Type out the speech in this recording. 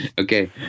Okay